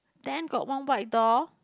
then got one white door